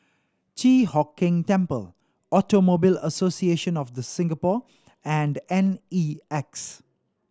Chi Hock Keng Temple Automobile Association of The Singapore and N E X